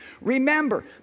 remember